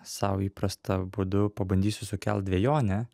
sau įprastą būdu pabandysiu sukelt dvejonę